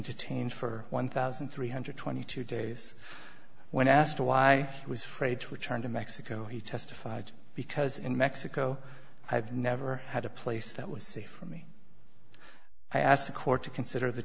detained for one thousand three hundred and twenty two days when asked why he was fraid to return to mexico he testified because in mexico i have never had a place that was safe for me i asked the court to consider the